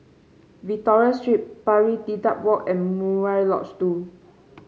Victoria Street Pari Dedap Walk and Murai Lodge Two